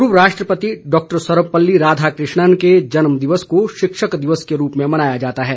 पूर्व राष्ट्रपति डॉक्टर सर्वपल्ली राधाकृष्णन के जन्म दिवस को शिक्षक दिवस के रूप में मनाया जाता है